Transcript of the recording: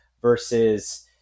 versus